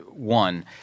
One